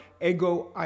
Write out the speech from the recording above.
ego